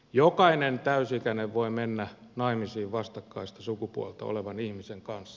jokainen täysi ikäinen voi mennä naimisiin vastakkaista sukupuolta olevan ihmisen kanssa